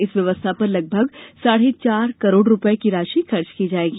इस व्यवस्था पर लगभग साढ़े चार करोड़ रूपये की राशि खर्च की जाएगी